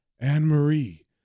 Anne-Marie